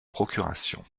procuration